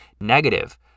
negative